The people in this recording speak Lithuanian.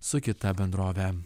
su kita bendrove